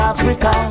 Africa